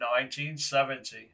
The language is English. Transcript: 1970